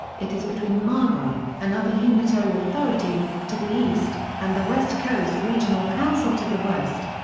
it is between marlborough, another unitary authority, to the east, and the west coast regional council to the west.